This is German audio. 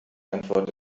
antwort